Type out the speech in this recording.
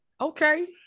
Okay